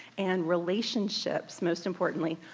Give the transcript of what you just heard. and relationships, most importantly,